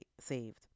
saved